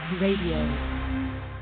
Radio